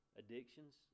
addictions